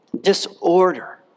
disorder